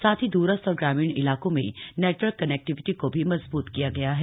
साथ ही दूरस्थ और ग्रामीण इलाकों में नेटवर्क कनेक्टिविटी को भी मजबूत किया गया है